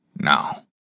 Now